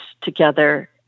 together